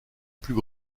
plus